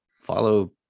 follow